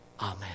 Amen